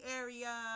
area